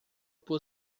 por